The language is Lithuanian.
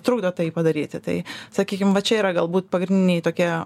trukdo tai padaryti tai sakykim va čia yra galbūt pagrindiniai tokie